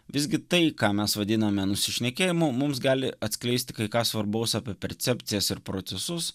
visgi tai ką mes vadiname nusišnekėjimu mums gali atskleisti kai ką svarbaus apie percepcijas ir procesus